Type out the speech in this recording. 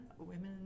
women